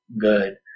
good